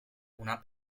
una